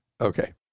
Okay